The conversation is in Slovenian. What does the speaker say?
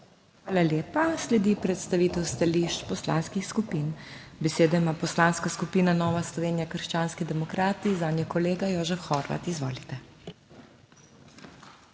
HOT:** Sledi predstavitev stališč poslanskih skupin. Besedo ima Poslanska skupina Nova Slovenija - Krščanski demokrati, zanjo kolega Jožef Horvat. Izvolite.